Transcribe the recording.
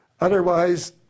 otherwise